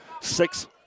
six